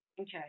Okay